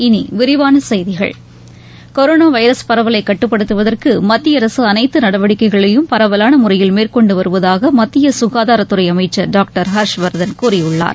இனி விரிவான செய்திகள் கொரோனா வைரஸ் பரவலை கட்டுப்படுத்துவதற்கு மத்திய அரசு அனைத்து நடவடிக்கைகளையும் பரவலான முறையில் மேற்கொண்டு வருவதாக மத்திய சுகாதாரத்துறை அமைச்சர் டாக்டர் ஹர்ஷ்வர்தன் கூறியுள்ளார்